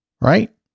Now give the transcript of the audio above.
Right